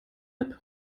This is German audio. app